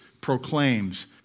proclaims